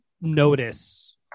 notice